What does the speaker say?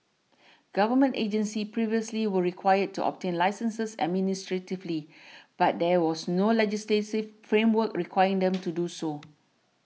government agencies previously were required to obtain licences administratively but there was no legislative framework requiring them to do so